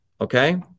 okay